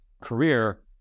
career